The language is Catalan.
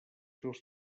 seus